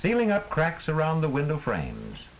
sealing up cracks around the window frames